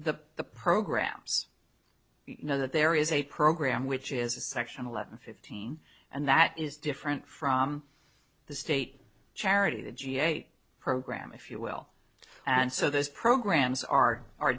the the programs you know that there is a program which is a section eleven fifteen and that is different from the state charity the g eight program if you will and so those programs are are